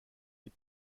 des